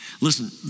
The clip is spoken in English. Listen